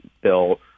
bill